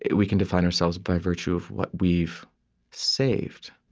we can define ourselves by virtue of what we've saved